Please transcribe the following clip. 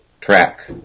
track